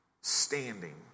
standing